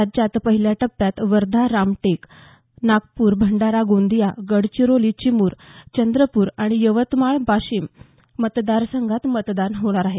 राज्यात पहिल्या टप्प्यात वर्धा रामटेक नागपूर भंडारा गोंदिया गडचिरोली चिमूर चंद्रपूर आणि यवतमाळ वाशिम मतदारसंघात मतदान होणार आहे